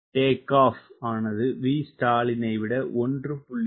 VTO ஆனது Vstall னை விட 1